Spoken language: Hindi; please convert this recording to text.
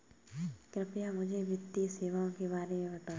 कृपया मुझे वित्तीय सेवाओं के बारे में बताएँ?